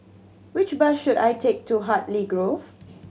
which bus should I take to Hartley Grove